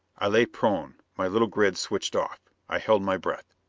i lay prone, my little grids switched off. i held my breath.